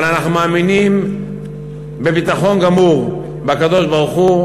אבל אנחנו מאמינים בביטחון גמור בקדוש-ברוך-הוא.